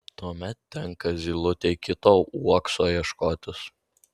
tuomet tenka zylutei kito uokso ieškotis